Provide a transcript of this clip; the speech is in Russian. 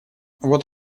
вот